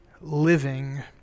living